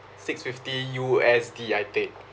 six fifty U_S_D I paid